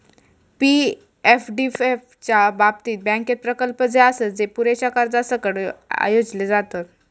पी.एफडीएफ च्या बाबतीत, बँकेत प्रकल्प जे आसत, जे पुरेशा कर्जासकट आयोजले जातत